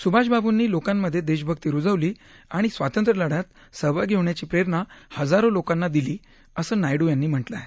सुभाषबाबूनी लोकांमधे देशभक्ती रुजवली आणि स्वातंत्र्यलढ्यात सहभागी होण्याची प्रेरणा हजारो लोकांना दिली असं नायडू यांनी म्हटलं आहे